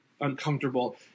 uncomfortable